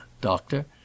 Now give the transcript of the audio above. Doctor